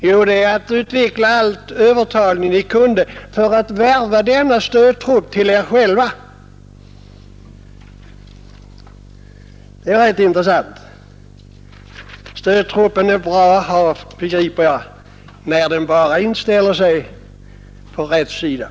Jo, att utveckla all övertalningsförmåga de kunnat för att värva denna stödtrupp till er själva. Det är rätt intressant. Stödtruppen är bra att ha, begriper jag, när den bara inställer sig på rätt sida.